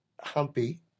humpy